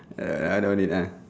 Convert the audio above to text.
err I don't need ah